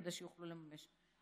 כדי שיוכלו לממש זאת.